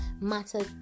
matters